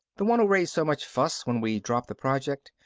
the one who raised so much fuss when we dropped the project?